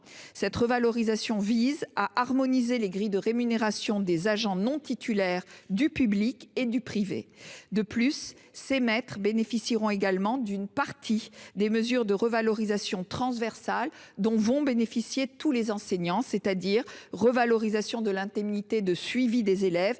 Cette revalorisation vise à harmoniser les grilles de rémunération des agents non titulaires du public et du privé. De plus, ces maîtres bénéficieront d'une partie des mesures de revalorisation transversales qui s'appliqueront à tous les enseignants : revalorisation de l'indemnité de suivi des élèves,